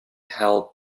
held